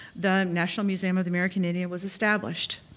the national museum of the american indian was established.